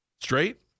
Straight